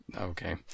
okay